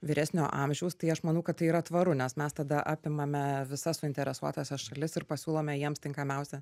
vyresnio amžiaus tai aš manau kad tai yra tvaru nes mes tada apimame visas suinteresuotąsias šalis ir pasiūlome jiems tinkamiausią